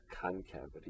concavity